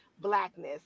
Blackness